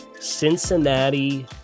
Cincinnati